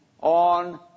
on